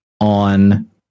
on